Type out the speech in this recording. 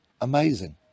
amazing